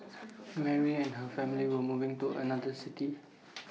Mary and her family were moving to another city